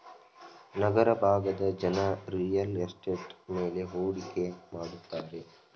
ನಗರ ಭಾಗದ ಜನ real estate ಮೇಲೆ ಹೂಡಿಕೆ ಮಾಡುತ್ತಾರೆ